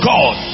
God